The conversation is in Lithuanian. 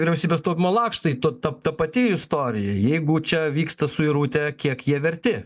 vyriausybės taupymo lakštai tod tap ta pati istorija jeigu čia vyksta suirutė kiek jie verti